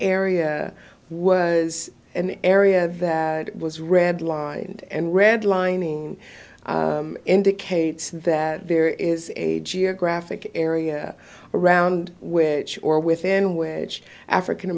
area was an area that was red lined and red lining indicates that there is a geographic area around with or within which african